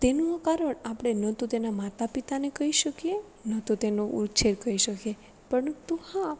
તેનું કારણ આપણે ન તો તેના માતા પિતાને કહી શકીએ ન તો તેનો ઉછેર કરી શકીએ પરંતુ હા